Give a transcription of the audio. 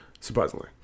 surprisingly